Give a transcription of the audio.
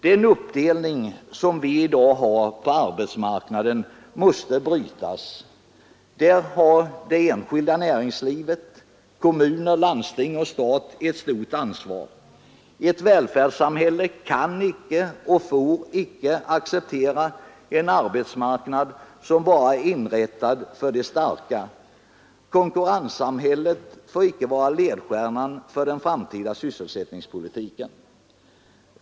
Den uppdelning som vi i dag har på arbetsmarknaden måste brytas. Där har det enskilda näringslivet, kommuner, landsting och stat ett stort ansvar. Ett välfärdssamhälle kan icke och får icke acceptera en arbetsmarknad som bara är inrättad för de starka. Konkurrenssamhället får icke vara ledstjärnan för den framtida sysselsättningspolitiken.